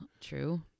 true